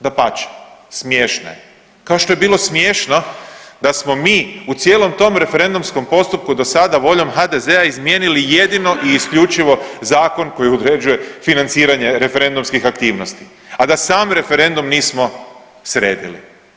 Dapače, smiješna je kao što je bilo smješno da smo mi u cijelom tom referendumskom postupku dosada voljom HDZ-a izmijenili jedino i isključivo zakon koji određuje financiranje referendumskih aktivnosti, a da sam referendum nismo sredili.